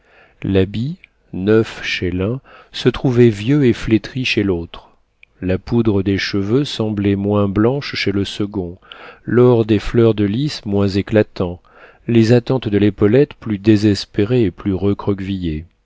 l'habit neuf chez l'un se trouvait vieux et flétri chez l'autre la poudre des cheveux semblait moins blanche chez le second l'or des fleurs de lis moins éclatant les attentes de l'épaulette plus désespérées et plus recroquevillées